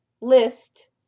list